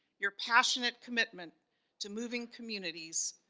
your passionate commitment to moving communities,